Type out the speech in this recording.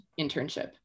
internship